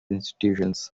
institutions